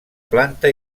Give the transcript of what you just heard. planta